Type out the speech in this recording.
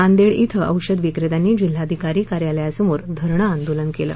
नांदेड ॐ औषध विक्रेत्यांनी जिल्हाधिकारी कार्यालयासमोर धरणे आंदोलन केलं